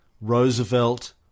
Roosevelt